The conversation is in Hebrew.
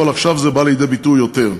אבל עכשיו זה בא לידי ביטוי יותר,